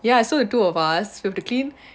ya so the two of us we have to clean